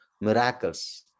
miracles